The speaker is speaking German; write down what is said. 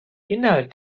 inhalt